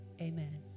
Amen